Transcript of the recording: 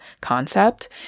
concept